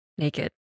Naked